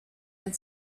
had